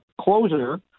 closer